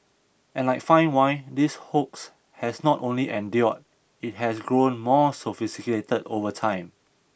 and like fine wine this hoax has not only endured it has grown more sophisticated over time